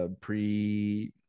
pre